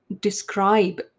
describe